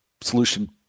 solution